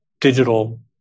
digital